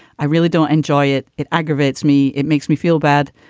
i really don't enjoy it. it aggravates me. it makes me feel bad.